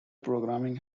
programming